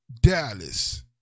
Dallas